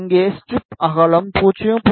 இங்கே ஸ்ட்ரிப் அகலம் 0